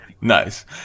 Nice